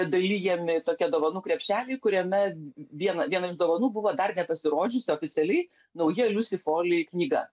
dalijami tokie dovanų krepšeliai kuriame viena viena iš dovanų buvo dar nepasirodžiusi oficialiai nauja liusi foli knyga